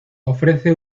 ofrece